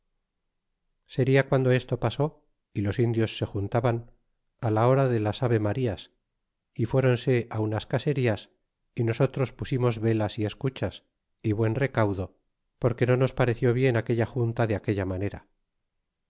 seria guando esto pasó y los indios se juntaban la hora de las ave darías y fuéronse unas caserías y nosotros pusimos velas y escuchas y buen recaudo porque no nos pareció bien aquella junta de aquella manera